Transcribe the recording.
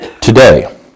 today